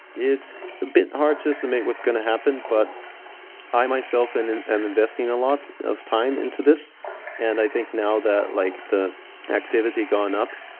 it's a bit hard to estimate what's going to happen, but i myself, and and i'm investing a lot of time into this and i think now that like the activity gone up,